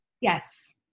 yes